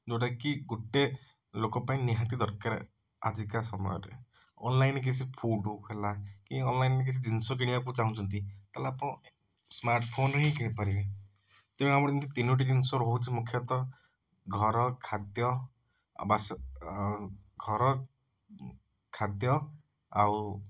ଯେଉଁଟା କି ଗୋଟେ ଲୋକ ପାଇଁ ନିହାତି ଦରକାର ଆଜିକା ସମୟରେ ଅନଲାଇନ କିଛି ଫୁଡ଼ ହେଲା କି ଅନଲାଇନ କିଛି ଜିନିଷ କିଣିବାକୁ ଚାହୁଁଛନ୍ତି ତାହେଲେ ଆପଣ ସ୍ମାର୍ଟ ଫୋନ ହିଁ କିଣି ପାରିବେ ତେଣୁ ଆମର ଯେମିତି ତିନୋଟି ଜିନିଷ ରହୁଛି ମୁଖ୍ୟତଃ ଘର ଖାଦ୍ୟ ଆଉ ବାସ ଘର ଖାଦ୍ୟ ଆଉ